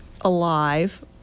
alive